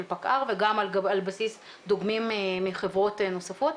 פקע"ר וגם על בסיס דוגמים מחברות נוספות,